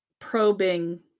probing